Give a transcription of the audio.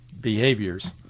behaviors